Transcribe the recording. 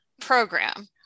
program